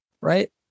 Right